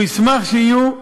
והוא ישמח שיהיו,